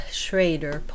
Schrader